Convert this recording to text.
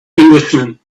englishman